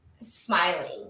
smiling